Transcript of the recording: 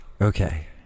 Okay